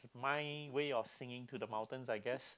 my way of singing to the mountains I guess